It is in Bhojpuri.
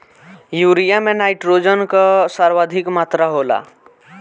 यूरिया में नाट्रोजन कअ सर्वाधिक मात्रा होला